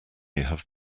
have